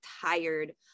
tired